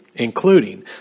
including